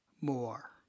more